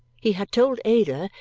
he had told ada,